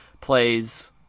plays